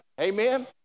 Amen